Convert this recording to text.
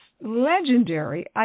legendary